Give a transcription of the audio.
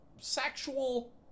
sexual